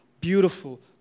beautiful